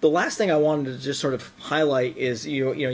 the last thing i want is just sort of highlight is you know you